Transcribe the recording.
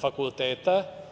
fakulteta.